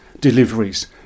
deliveries